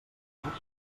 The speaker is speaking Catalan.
calaix